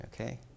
Okay